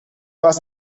hast